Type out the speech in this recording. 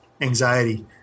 anxiety